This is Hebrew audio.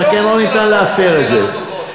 רק לא ניתן להפר את זה.